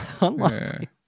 Online